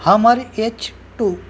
hammer H two